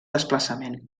desplaçament